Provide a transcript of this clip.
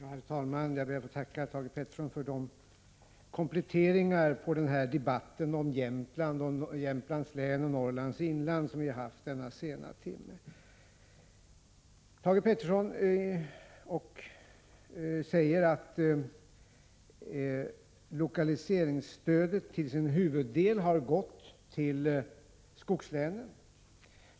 Herr talman! Jag ber att få tacka Thage Peterson för dessa kompletteringar i den debatt om Jämtlands län och Norrlands inland som vi har haft denna sena timme. Thage Peterson säger att lokaliseringsstödet till sin huvuddel har gått till skogslänen.